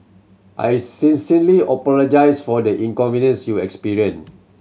I sincerely apologise for the inconvenience you experienced